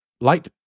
light